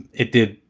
it did.